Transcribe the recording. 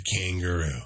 Kangaroo